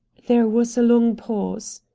there was a long pause.